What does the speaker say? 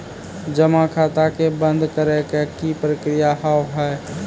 जमा खाता के बंद करे के की प्रक्रिया हाव हाय?